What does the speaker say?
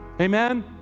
Amen